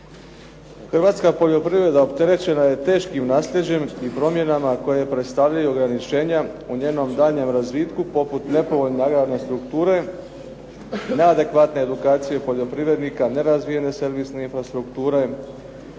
Hrvatska poljoprivreda opterećena je teškim naslijeđem i promjenama koja predstavljaju ograničenja u njenom daljnjem razvitku poput nepovoljne agrarne strukture, neadekvatne edukacije poljoprivrednika, nerazvijene servisne infrastrukture,